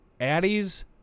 Addies